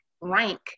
rank